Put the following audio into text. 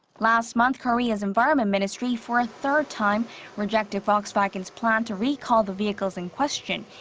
last month, korea's environment ministry for a third time rejected volkswagen's plan to recall the vehicles in question.